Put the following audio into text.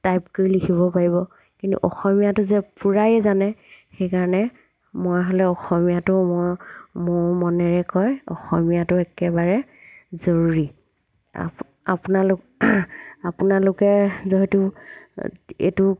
type কৰি লিখিব পাৰিব কিন্তু অসমীয়াটো যে পূৰাই জানে সেইকাৰণে মই হ'লে অসমীয়াটো মোৰ মোৰ মনেৰে কয় অসমীয়াটো একেবাৰে জৰুৰী আপ আপোনালোক আপোনালোকে যিহেতু এইটো